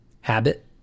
Habit